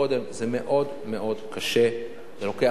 זה מאוד קשה, זה לוקח זמן.